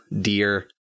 dear